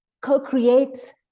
co-create